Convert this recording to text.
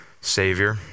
Savior